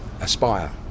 aspire